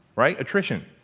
right? attrition.